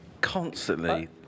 constantly